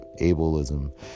ableism